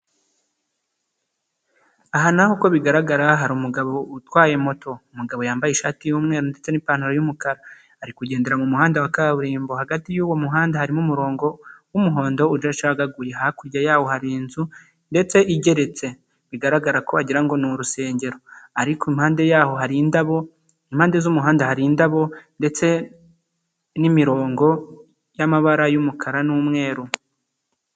Aha naho uko bigaragara hari umugabo utwaye moto umugabo yambaye ishati y'umweru ndetse n'ipantaro y'umukara ari kugendera mu muhanda wa kaburimbo hagati y'uwo muhanda harimo umurongo w'umuhondo udacagaguye hakurya yawo hari inzu ndetse igeretse bigaragara ko wagira ni urusengero ariko impande yaho hari indabo impande z'umuhanda hari indabo ndetse n'imirongo y'amabara yumukara n'umweru.